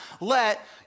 let